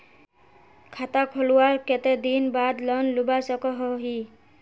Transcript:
खाता खोलवार कते दिन बाद लोन लुबा सकोहो ही?